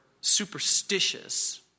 superstitious